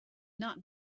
not